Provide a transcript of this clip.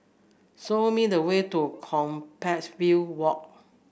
show me the way to Compassvale Walk